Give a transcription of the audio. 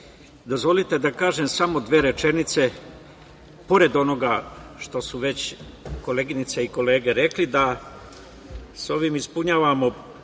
Dozvolite da kažem samo dve rečenice pored onoga što su već koleginice i kolege rekli da sa ovim ispunjavamo, ovim